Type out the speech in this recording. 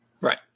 Right